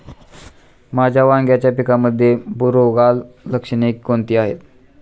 माझ्या वांग्याच्या पिकामध्ये बुरोगाल लक्षणे कोणती आहेत?